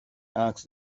asked